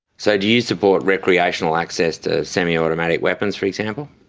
so do you support recreational access to semi-automatic weapons, for example?